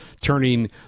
turning